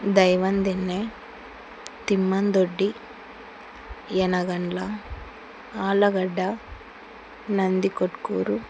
Daivandinne Thimmandoddi Yanagandla Allagadda Nandikotkur